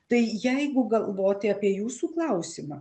tai jeigu galvoti apie jūsų klausimą